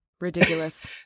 ridiculous